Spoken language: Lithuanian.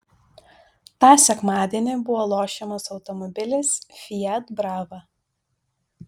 tą sekmadienį buvo lošiamas automobilis fiat brava